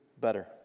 better